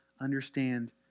understand